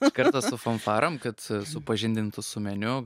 iš karto su fanfarom kad supažindintų su meniu